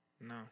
No